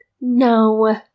no